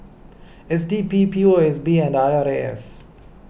S D P P O S B and I R A S